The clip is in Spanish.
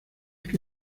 que